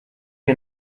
wir